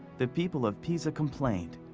the people of pisa complained.